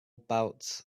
about